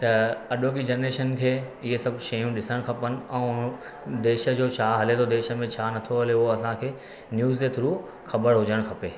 त अॼोकी जनरेशन खे इहे सभु शयूं ॾिसणु खपनि ऐं देश जो छा हले थो देश में छा न थो हले उहो असांखे न्यूज़ जे थ्रू ख़बरु हुजणु खपे